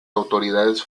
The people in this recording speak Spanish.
autoridades